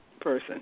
person